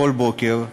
כל בוקר.